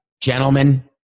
gentlemen